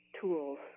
tools